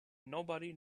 nobody